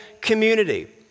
community